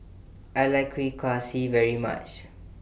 I like Kuih Kaswi very much